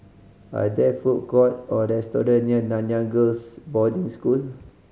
are there food court or restaurant near Nanyang Girls' Boarding School